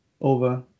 over